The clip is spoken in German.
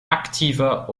aktiver